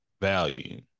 value